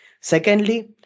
Secondly